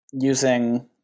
using